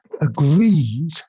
agreed